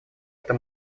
это